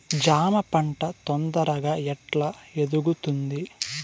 జామ పంట తొందరగా ఎట్లా ఎదుగుతుంది?